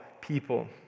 people